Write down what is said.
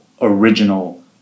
Original